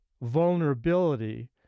vulnerability